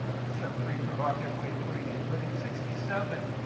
huh? that's a pretty provocative way of putting it. but in sixty seven,